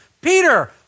Peter